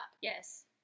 Yes